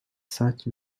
such